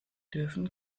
dürfen